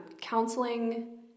Counseling